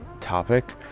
topic